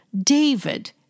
David